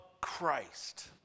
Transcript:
Christ